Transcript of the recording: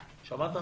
שנסע: